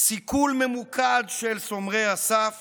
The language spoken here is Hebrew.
סיכול ממוקד של שומרי הסף